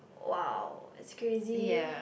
!wow! it's crazy